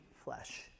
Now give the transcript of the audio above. flesh